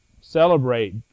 celebrate